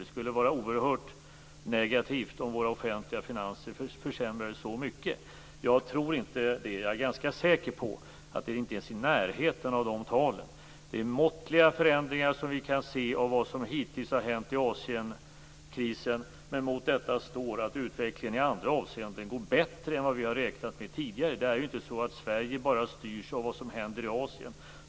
Det skulle vara oerhört negativt om de offentliga finanserna försämrades med så mycket. Jag är ganska säker på att vi kommer inte ens i närheten de talen. Vi kan se måttliga förändringar av det som hittills har hänt i Asienkrisen. Mot detta står att utvecklingen i andra avseenden går bättre än vad vi tidigare hade räknat med. Sverige styrs ju inte bara av vad som händer i Asien.